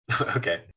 Okay